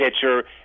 pitcher